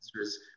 answers